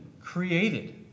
created